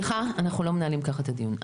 אנחנו לא מנהלים כך את הדיון.